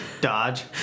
dodge